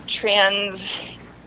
trans